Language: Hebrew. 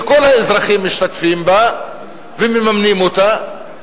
שכל האזרחים משתתפים בה ומממנים אותה,